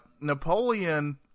Napoleon